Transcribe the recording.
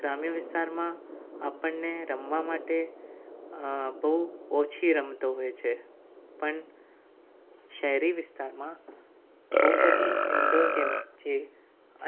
ગ્રામ્ય વિસ્તારમાં આપણને રમવા માટે બહુ ઓછી રમતો હોય છે પણ શહેરી વિસ્તારમાં બહુ બધી ઇન્ડોર ગેમ્સ જે